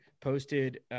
posted